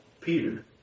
Peter